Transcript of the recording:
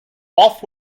off